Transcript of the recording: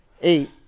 eight